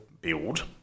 build